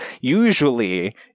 Usually